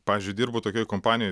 pavyzdžiui dirbu tokioj kompanijoj